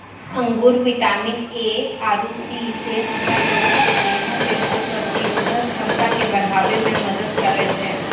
अंगूर vitamin A आरु C से हमरा लोगो के देहो के रोग प्रतिरोधक क्षमता के बढ़ाबै मे मदत करै छै